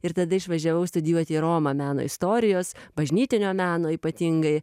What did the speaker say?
ir tada išvažiavau studijuot į romą meno istorijos bažnytinio meno ypatingai